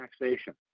Taxation